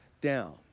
down